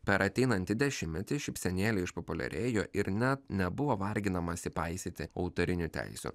per ateinantį dešimtmetį šypsenėlė išpopuliarėjo ir net nebuvo varginamasi paisyti autorinių teisių